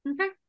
Okay